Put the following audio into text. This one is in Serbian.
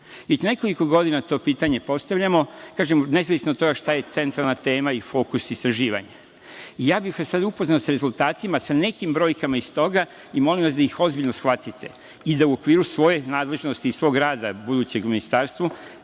Već nekoliko godina to pitanje postavljamo, nezavisno od toga šta je centralna tema i fokus istraživanja. Ja bih vas sada upoznao sa rezultatima, sa nekim brojkama iz toga i molim vas da ih ozbiljno shvatite i da u okviru svoje nadležnosti i svog budućeg rada u ministarstvu,